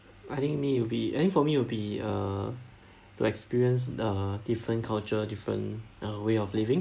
I think me would be I think for me will be uh to experience uh different culture different uh way of living